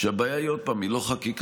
שהבעיה אינה חקיקה.